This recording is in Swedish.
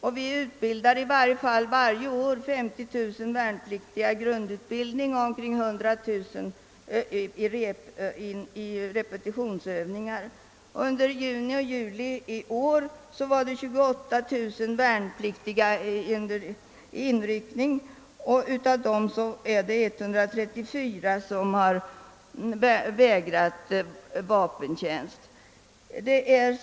Varje år utbildas dock omkring 50 000 värnpliktiga genom grundutbildningen och omkring 100 000 genom repetitionsövningar. Under juni och juli i år var det 28000 värnpliktiga som ryckte in, och av dem vägrade 134 att fullgöra vapentjänst.